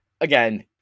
again